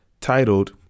titled